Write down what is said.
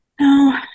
No